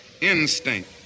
instinct